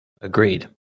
Agreed